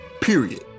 period